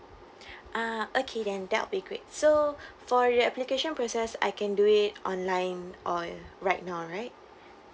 ah okay then that will be great so for the application process I can do it online or right now right